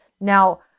Now